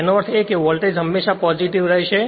તેનો અર્થ એ કે વોલ્ટેજ હંમેશાં પોજીટીવ રહેશે